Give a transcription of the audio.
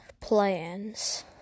Plans